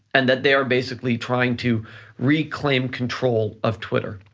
and that they are basically trying to reclaim control of twitter.